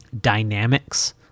dynamics